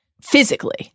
physically